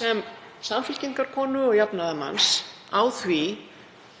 sem Samfylkingarkonu og jafnaðarmanns yfir því